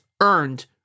earned